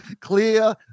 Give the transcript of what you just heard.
Clear